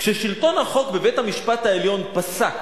כששלטון החוק בבית-המשפט העליון פסק